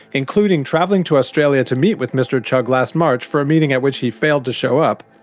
including travelling to australia to meet with mr chugg last march for a meeting at which he failed to show up,